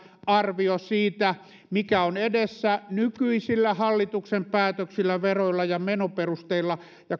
arvio siitä mikä on edessä nykyisillä hallituksen päätöksillä veroilla ja menoperusteilla